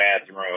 bathroom